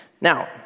Now